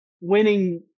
winning